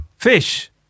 Fish